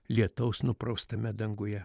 lietaus nupraustame danguje